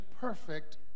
perfect